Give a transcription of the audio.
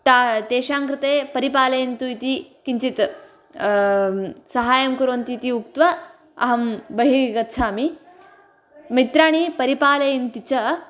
तेषां कृते परिपालयन्तु इति किञ्चित् साहाय्यं कुर्वन्तु इति उक्त्वा अहं बहिः गच्छामि मित्राणि परिपालयन्ति च